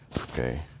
Okay